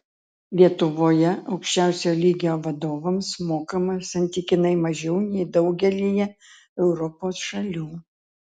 lietuvoje aukščiausio lygio vadovams mokama santykinai mažiau nei daugelyje europos šalių